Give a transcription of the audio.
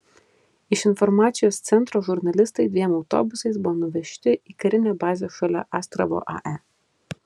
iš informacijos centro žurnalistai dviem autobusais buvo nuvežti į karinę bazę šalia astravo ae